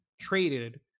traded